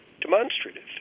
demonstrative